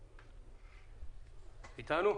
איתנו?